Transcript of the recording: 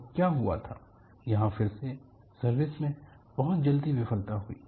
और क्या हुआ था यहाँ फिर से सर्विस में बहुत जल्दी विफलता हुई